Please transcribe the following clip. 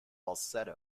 falsetto